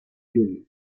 junior